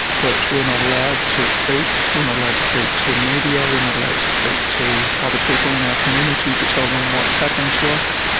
but we're not allowed to speak. we're not allowed to speak to the media, we're not allowed to speak to other people in our community to tell them what's happened to us.